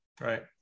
Right